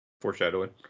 foreshadowing